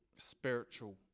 spiritual